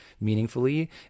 meaningfully